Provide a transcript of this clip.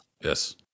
yes